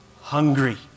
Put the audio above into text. Hungry